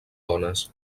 bones